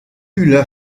ulla